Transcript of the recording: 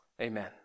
Amen